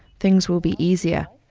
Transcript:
things will be easier.